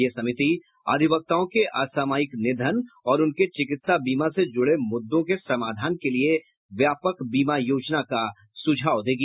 यह समिति अधिवक्ताओं के असामयिक निधन और उनके चिकित्सा बीमा से जुड़े मुद्दों के समाधान के लिए व्यापक बीमा योजना का सुझाव देगी